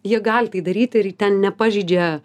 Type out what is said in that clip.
jie gali tai daryti ir ten nepažeidžia